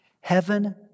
Heaven